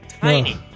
tiny